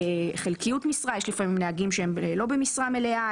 חלקיות משרה כאשר לפעמים יש נהגים שהם לא במשרה מלאה,